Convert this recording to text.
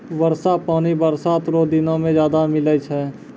वर्षा पानी बरसात रो दिनो मे ज्यादा मिलै छै